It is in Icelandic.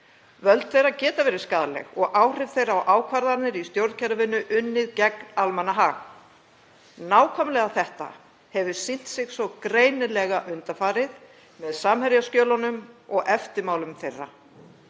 Völd þeirra geta verið skaðleg og áhrif þeirra á ákvarðanir í stjórnkerfinu geta unnið gegn almannahag. Nákvæmlega þetta hefur sýnt sig svo greinilega undanfarið með Samherjaskjölunum og eftirmálum þeirra: